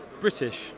British